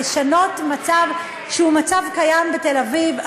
לשנות מצב שהוא מצב קיים בתל-אביב,